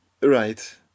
Right